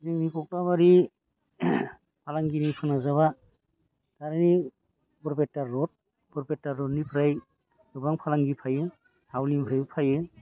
जोंनि कख्लाबारि फालांगिरि फोनांजाबा ओरै बरपेटा रड बरपेटा रडनिफ्राय गोबां फालांगि फायो हावलिनिफ्रायबो फायो